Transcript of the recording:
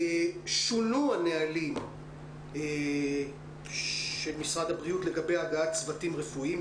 שונו הנהלים של משרד הבריאות לגבי הגעת צוותים רפואיים,